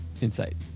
Insight